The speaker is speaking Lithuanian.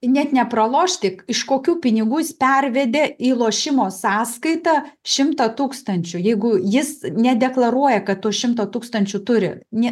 net nepraloš tik iš kokių pinigų jis pervedė į lošimo sąskaitą šimtą tūkstančių jeigu jis nedeklaruoja kad už šimto tūkstančių turi ne